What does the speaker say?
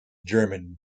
german